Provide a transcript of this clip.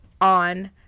on